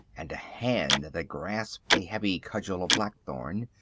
and a hand that grasped a heavy cudgel of blackthorn,